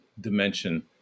dimension